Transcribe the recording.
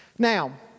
Now